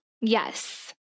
Yes